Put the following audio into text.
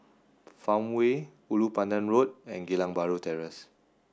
Farmway Ulu Pandan Road and Geylang Bahru Terrace